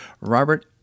Robert